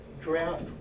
draft